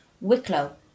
Wicklow